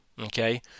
okay